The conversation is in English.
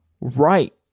right